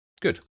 good